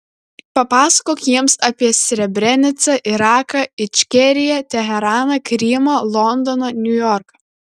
papasakok jiems apie srebrenicą iraką ičkeriją teheraną krymą londoną niujorką